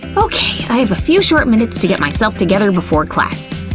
okay, i have a few short minutes to get myself together before class.